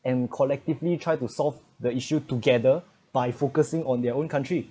and collectively try to solve the issue together by focusing on their own country